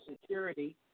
security